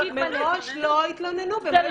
--- הן מראש לא יתלוננו ולא ישתפו פעולה.